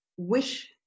wish